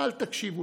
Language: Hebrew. מרשימה,